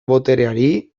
botereari